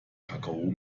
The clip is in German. kakao